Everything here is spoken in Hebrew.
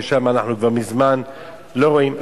ששם אנחנו כבר מזמן לא רואים,